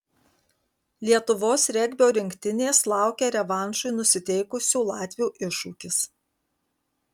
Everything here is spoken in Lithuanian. lietuvos regbio rinktinės laukia revanšui nusiteikusių latvių iššūkis